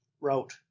route